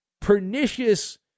pernicious